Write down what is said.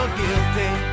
guilty